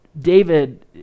David